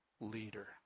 leader